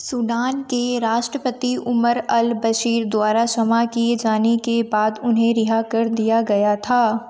Sudan के राष्टपति Omar al Bashir द्वारा क्षमा किए जाने के बाद उन्हें रिहा कर दिया गया था